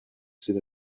sydd